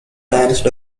danced